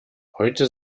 heute